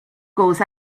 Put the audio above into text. goes